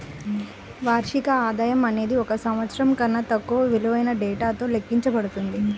వార్షిక ఆదాయం అనేది ఒక సంవత్సరం కన్నా తక్కువ విలువైన డేటాతో లెక్కించబడుతుంది